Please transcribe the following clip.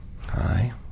Hi